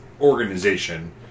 organization